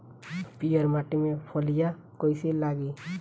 पीयर माटी में फलियां कइसे लागी?